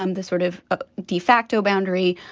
um the sort of a de facto boundary,